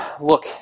look